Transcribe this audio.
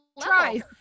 try